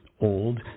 old